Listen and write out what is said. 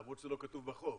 למרות שזה לא כתוב בחוק,